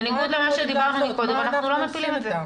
בניגוד למה שדיברנו קודם, אנחנו לא מפילים את זה.